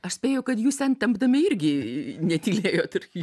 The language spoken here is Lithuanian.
aš spėju kad jūs ten tempdami irgi netylėjot irgi